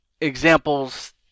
examples